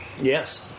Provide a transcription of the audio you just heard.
Yes